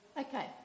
Okay